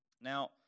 Now